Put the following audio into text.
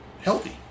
healthy